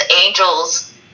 angels